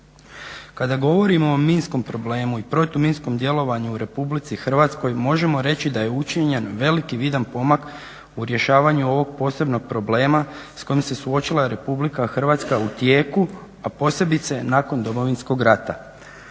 Kada govorimo o minskom problemu i protuminskom djelovanju u RH možemo reći da je učinjen veliki vidan pomak u rješavanju ovog posebnog problema s kojom se suočila i RH u tijeku a posebice nakon Domovinskog rata.